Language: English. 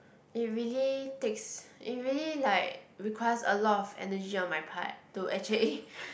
it really takes it really like requires a lot of energy on my part to actually eh